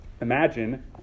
Imagine